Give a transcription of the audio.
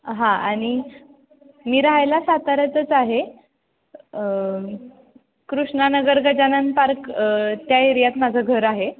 हां आणि मी राहायला साताऱ्यातच आहे कृष्णा नगर गजानन पार्क त्या एरियात माझं घर आहे